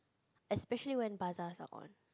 especially when bazaars are on